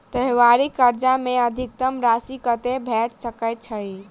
त्योहारी कर्जा मे अधिकतम राशि कत्ते भेट सकय छई?